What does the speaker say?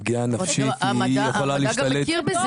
הפגיעה הנפשית יכולה להשתלט,